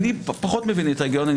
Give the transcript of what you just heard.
אני פחות מבין את ההיגיון.